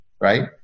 right